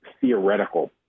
theoretical